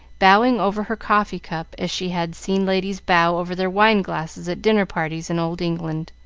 bowing over her coffee-cup as she had seen ladies bow over their wine-glasses at dinner parties in old england.